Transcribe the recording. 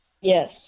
Yes